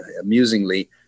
amusingly